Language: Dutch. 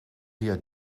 via